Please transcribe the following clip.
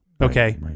Okay